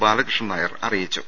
ബാലകൃഷ്ണൻ നായർ അറിയിച്ചു